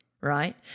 Right